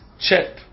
chip